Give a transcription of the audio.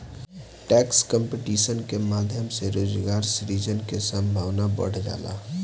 tax competition के माध्यम से रोजगार सृजन के संभावना बढ़ जाला